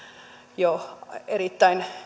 jo erittäin